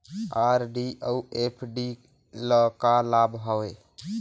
RD अऊ FD ल का लाभ हवे?